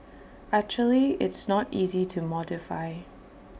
actually it's not easy to modify